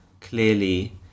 clearly